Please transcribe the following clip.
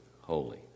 holy